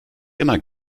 immer